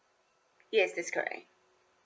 yes that's correct